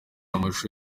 amashusho